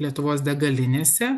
lietuvos degalinėse